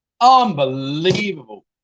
unbelievable